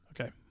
Okay